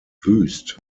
wüst